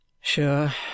Sure